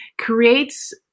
creates